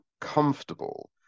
comfortable